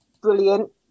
brilliant